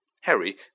Harry